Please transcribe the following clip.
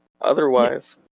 otherwise